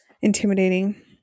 intimidating